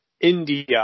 India